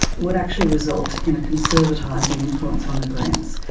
would actually result in a conservatising influence on the greens,